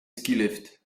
skilift